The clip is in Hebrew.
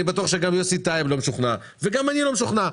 בטוח שגם יוסי טייב לא משוכנע וגם אני לא משוכנע.